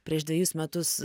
prieš dvejus metus